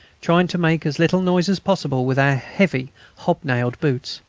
trying to make as little noise as possible with our heavy hobnailed boots!